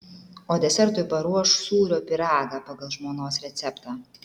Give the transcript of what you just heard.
o desertui paruoš sūrio pyragą pagal žmonos receptą